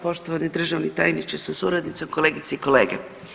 Poštovani državni tajniče sa suradnicom, kolegice i kolege.